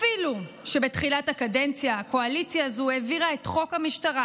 אפילו שבתחילת הקדנציה הקואליציה הזו העבירה את חוק המשטרה,